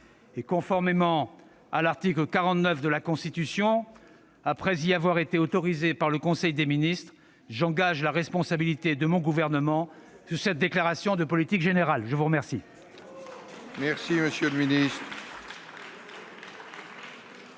« Conformément à l'article 49 de la Constitution, après y avoir été autorisé par le conseil des ministres, j'engage la responsabilité de mon gouvernement sur cette déclaration de politique générale. » Pas devant